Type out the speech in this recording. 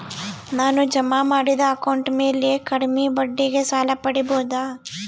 ನಾನು ಜಮಾ ಮಾಡಿದ ಅಕೌಂಟ್ ಮ್ಯಾಲೆ ಕಡಿಮೆ ಬಡ್ಡಿಗೆ ಸಾಲ ಪಡೇಬೋದಾ?